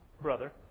brother